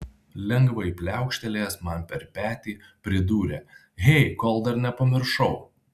lengvai pliaukštelėjęs man per petį pridūrė hey kol dar nepamiršau